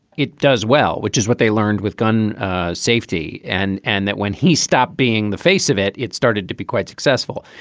it does well, which is what they learned with gun safety. and and that when he stopped being the face of it, it started to be quite successful.